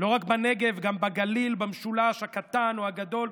לא רק בנגב, גם בגליל, במשולש, הקטן או הגדול,